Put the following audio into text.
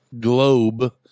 Globe